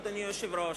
אדוני היושב-ראש,